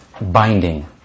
binding